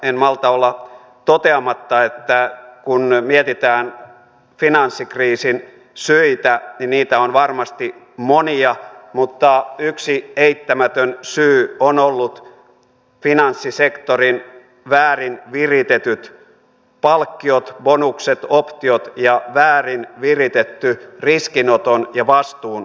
en malta olla toteamatta että kun mietitään finanssikriisin syitä niin niitä on varmasti monia yksi eittämätön syy ovat olleet finanssisektorin väärin viritetyt palkkiot bonukset optiot ja väärin viritetty riskinoton ja vastuun suhde